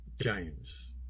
James